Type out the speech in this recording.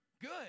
good